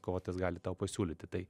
kovotojas gali tau pasiūlyti tai